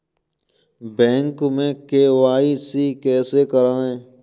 Bank में KYC कैसे करायें?